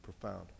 profound